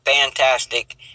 fantastic